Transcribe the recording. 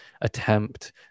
attempt